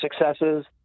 successes